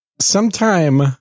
sometime